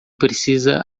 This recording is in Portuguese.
precisa